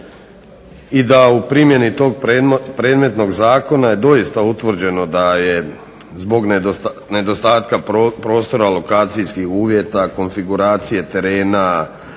i da u primjeni tog predmetnog zakona je doista utvrđeno da je zbog nedostatka prostora, lokacijskih uvjeta, konfiguracije terena,